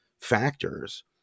factors